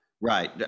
right